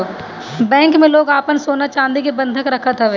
bank में लोग आपन सोना चानी के बंधक रखत हवे